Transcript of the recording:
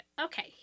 okay